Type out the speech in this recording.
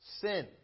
sin